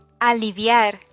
Aliviar